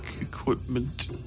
equipment